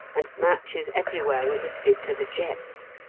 and matches everywhere were lifted to the jets.